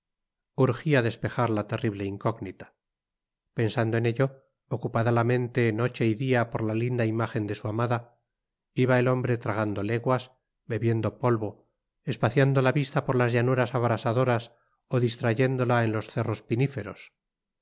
urgía despejar la terrible incógnita pensando en ello ocupada la mente noche y día por la linda imagen de su dama iba el hombre tragando leguas bebiendo polvo espaciando la vista por las llanuras abrasadoras o distrayéndola en los cerros